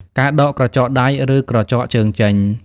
ការដកក្រចកដៃ ឬក្រចកជើងចេញ។